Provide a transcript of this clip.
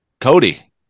Cody